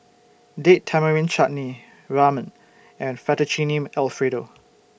Date Tamarind Chutney Ramen and Fettuccine Alfredo